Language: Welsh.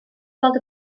gweld